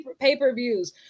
pay-per-views